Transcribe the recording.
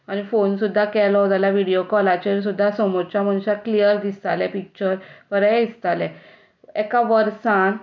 आनी फोन सुद्दां केलो जाल्यार विडिओ कॉलाचेर सुद्दां समोरच्या मनशाक क्लियर दिसतालें पिक्चर बरें दिसतालें एका वर्सान